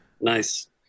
Nice